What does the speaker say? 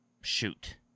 shoot